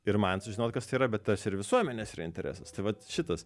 pirmajam sužinot kas tai yra bet tas ir visuomenės yra interesas tai vat šitas